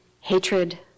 hatred